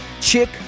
chick